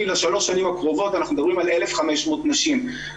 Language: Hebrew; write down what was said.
מנוצל, שאנחנו יכולים לנצל אותו.